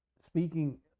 Speaking